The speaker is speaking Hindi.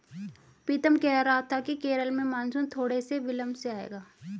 पीतम कह रहा था कि केरल में मॉनसून थोड़े से विलंब से आएगा